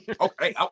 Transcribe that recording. Okay